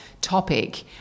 topic